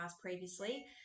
previously